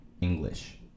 english